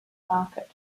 market